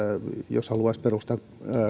jos haluaisi perustaa